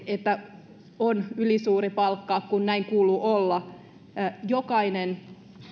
että on ylisuuri palkka koska näin kuuluu olla jokainen